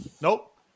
nope